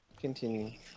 Continue